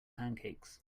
pancakes